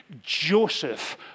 Joseph